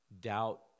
doubt